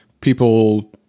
people